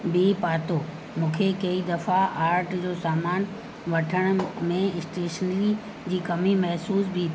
बि पातो मूंखे कई दफ़ा आर्ट जो सामान वठण में स्टेशनरी जी कमी महसूस बि